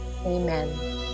amen